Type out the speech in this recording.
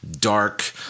dark